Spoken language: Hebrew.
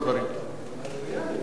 הוא רוצה לעלות פעמיים.